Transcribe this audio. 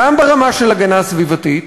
גם ברמה של ההגנה הסביבתית,